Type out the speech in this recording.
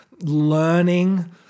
learning